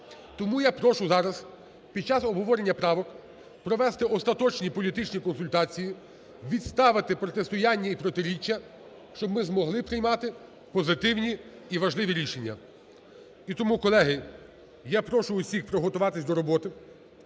Тому я прошу зараз під час обговорення правок провести остаточні політичні консультації, відставити протистояння і протиріччя, щоб ми змогли приймати позитивні і важливі рішення. І тому, колеги, я прошу всіх приготуватися до роботи.